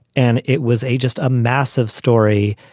and it was a just a massive story.